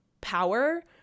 power